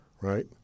Right